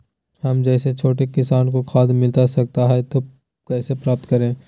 हम जैसे छोटे किसान को खाद मिलता सकता है तो कैसे प्राप्त करें?